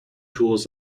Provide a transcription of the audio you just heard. tools